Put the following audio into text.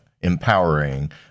empowering